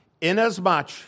Inasmuch